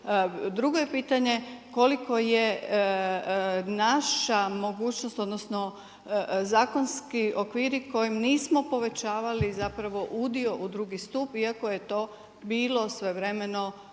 Drugo je pitanje koliko je naša mogućnost odnosno zakonski okviri kojim nismo povećali udio u drugi stup, iako je to bilo svojevremeno